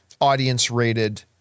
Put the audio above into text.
audience-rated